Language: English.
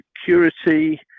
Security